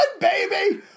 baby